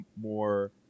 more